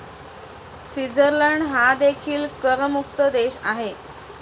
Switzerland हा देखील करमुक्त देश आहे